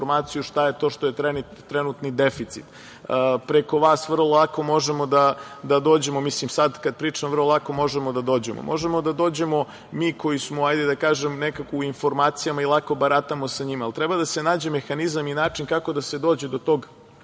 šta je to što je trenutni deficit. Preko vas vrlo lako možemo da dođemo, mislim sad kad pričam, vrlo lako možemo da dođemo, možemo da dođemo mi koji smo, hajde da kažem, nekako u informacijama i lako baratamo sa njima, ali treba da se nađe mehanizam i način kako da se dođe do tog